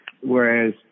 Whereas